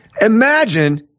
Imagine